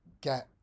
get